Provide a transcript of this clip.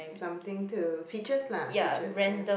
something to features lah features ya